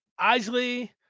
Isley